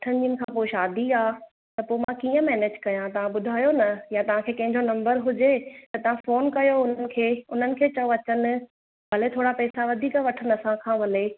अठनि ॾींहनि खां पोइ मुंहिंजे घर में शादी आहे त पोइ मां कीअं मेनेज कयां तव्हां ॿुधायो न या तव्हांखे कंहिंजो नम्बर हुजे त तव्हां फ़ोन कयो हुननि खे हुननि खे चओ अचनि भली थोरा पैसा वधीक वठनि असांखा भले